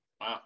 wow